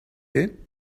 him